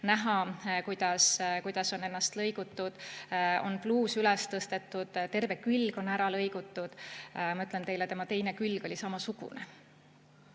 näha, kuidas on ennast lõigutud. Siin on pluus üles tõstetud, terve külg on ära lõigutud. Ma ütlen teile, et tema teine külg oli samasugune.